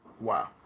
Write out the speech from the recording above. Wow